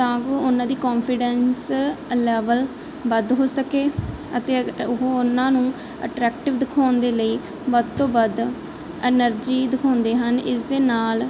ਤਾਂ ਵੀ ਉਹਨਾਂ ਦੀ ਕੌਫੀਡੈਂਸ ਲੈਵਲ ਵੱਧ ਹੋ ਸਕੇ ਅਤੇ ਅਗ ਉਹ ਉਹਨਾਂ ਨੂੰ ਅਟਰੈਕਟਿਵ ਦਿਖਾਉਣ ਦੇ ਲਈ ਵੱਧ ਤੋਂ ਵੱਧ ਐਨਰਜੀ ਦਿਖਾਉਂਦੇ ਹਨ ਇਸ ਦੇ ਨਾਲ